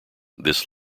this